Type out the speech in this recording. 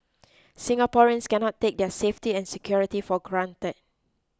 Singaporeans cannot take their safety and security for granted